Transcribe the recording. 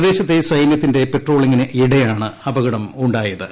പ്രദേശത്തെ സൈന്യത്തിന്റെ പെട്രോളിംഗിനിടെയാണ് അപകടമുണ്ടായത്